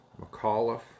McAuliffe